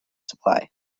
supply